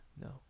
No